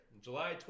July